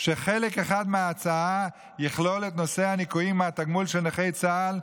שחלק אחד מההצעה יכלול את נושא הניכויים מהתגמול של נכי צה"ל,